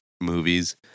movies